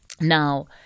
Now